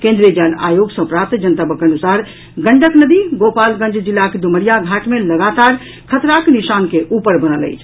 केन्द्रीय जल आयोग सँ प्राप्त जनतबक अनुसार गंडक नदी गोपालगंज जिलाक ड्मरिया घाट मे लगातार खतराक निशान के ऊपर बनल अछि